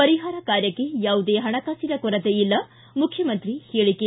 ಪರಿಪಾರ ಕಾರ್ಯಕ್ಕೆ ಯಾವುದೇ ಹಣಕಾಸಿನ ಕೊರತೆ ಇಲ್ಲ ಮುಖ್ಯಮಂತ್ರಿ ಹೇಳಿಕೆ